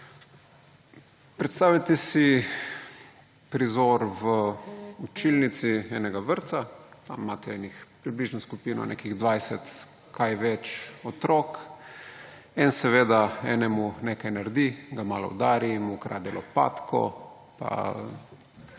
Predstavljajte si prizor v učilnici enega vrtca, tam imate približno skupino nekih 20 otrok in eden enemu nekaj naredi, ga malo udari in mu ukrade lopatko, pa